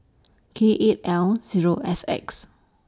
K eight L Zero S X